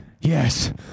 Yes